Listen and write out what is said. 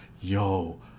Yo